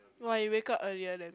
!wah! you wake up earlier than